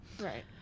right